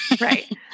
Right